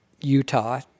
Utah